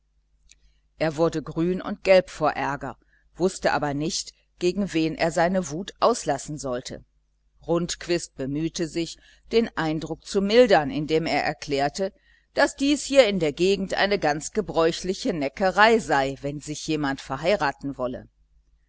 er wurde grün und gelb vor ärger wußte aber nicht gegen wen er seine wut auslassen sollte rundquist bemühte sich den eindruck zu mildern indem er erklärte daß dies hier in der gegend eine ganz gebräuchliche neckerei sei wenn sich jemand verheiraten wolle